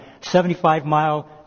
75-mile